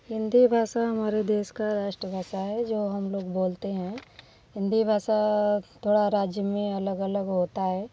हिंदी भाषा हमारे देश का राष्ट्र भाषा है जो हम लोग बोलते हैं हिंदी भाषा थोड़ा राज्य में अलग अलग होता है